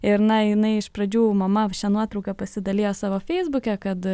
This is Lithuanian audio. ir na jinai iš pradžių mama šia nuotrauka pasidalijo savo feisbuke kad